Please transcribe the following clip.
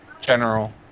general